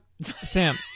Sam